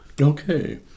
Okay